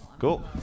Cool